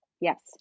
Yes